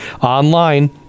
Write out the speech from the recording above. Online